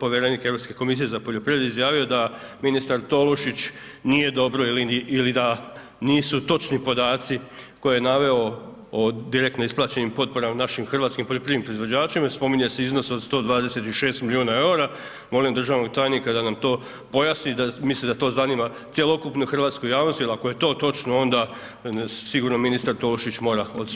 povjerenik Europske komisije za poljoprivredu, izjavio da ministar Tolušić nije dobro ili da nisu točni podaci koje je naveo o direktno isplaćenim potporama našim hrvatskim poljoprivrednim proizvođačima, spominje se iznos od 126 milijuna EUR-a, molim državnog tajnika da nam to pojasni, da, mislim da to zanima cjelokupnu hrvatsku javnost jer ako je to točno, onda sigurno ministar Tolušić mora odstupiti.